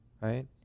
right